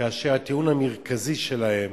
כאשר הטיעון המרכזי שלהם: